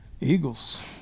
Eagles